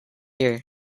year